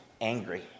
angry